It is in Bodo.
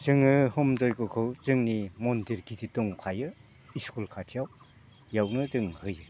जोङो हम जग्यखौ जोंनि मन्दिर गिदिर दंखायो स्कुल खाथियाव बेयावनो जों होयो